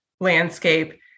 landscape